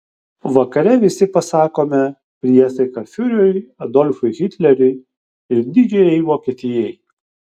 vakare visi pasakome priesaiką fiureriui adolfui hitleriui ir didžiajai vokietijai